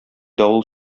давыл